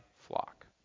flock